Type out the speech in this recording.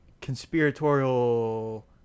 conspiratorial